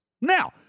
Now